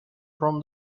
from